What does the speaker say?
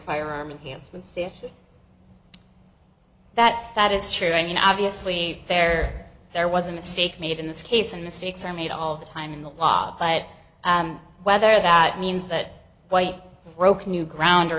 stiff that that is true i mean obviously there there was a mistake made in this case and mistakes are made all the time in the law but whether that means that white broke new ground or